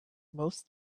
most